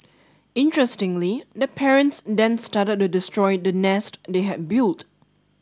interestingly the parents then started to destroy the nest they had built